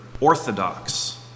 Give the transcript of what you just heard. orthodox